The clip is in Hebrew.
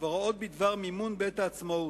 והוראות בדבר מימון בית-העצמאות.